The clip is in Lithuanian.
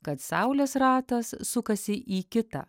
kad saulės ratas sukasi į kitą